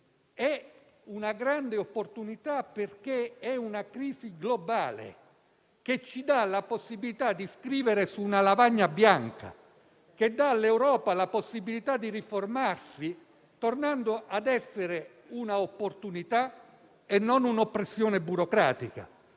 è una grande opportunità, perché è una crisi globale, che ci dà la possibilità di scrivere su una lavagna bianca, che dà all'Europa la possibilità di riformarsi tornando ad essere un'opportunità e non un'oppressione burocratica,